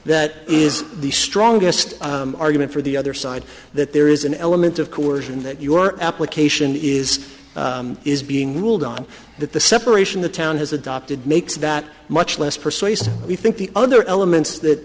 that is the strongest argument for the other side that there is an element of coercion that your application is is being ruled on that the separation the town has adopted makes that much less persuasive we think the other elements that